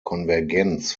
konvergenz